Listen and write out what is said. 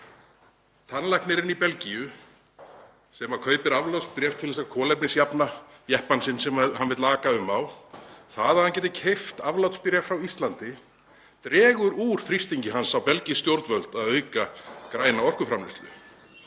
Tannlæknirinn í Belgíu sem kaupir aflátsbréf til að kolefnisjafna jeppann sinn sem hann vill aka um á — það að hann geti keypt aflátsbréf frá Íslandi dregur úr þrýstingi hans á belgísk stjórnvöld að auka græna orkuframleiðslu.